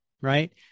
right